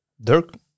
Dirk